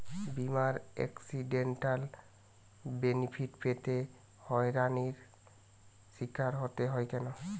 বিমার accidental benefit পেতে হয়রানির স্বীকার হতে হয় কেন?